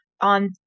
on